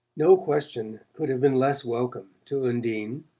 no question could have been less welcome to undine.